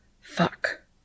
Fuck